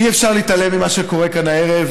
אי-אפשר להתעלם ממה שקורה כאן הערב.